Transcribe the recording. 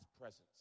presence